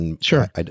Sure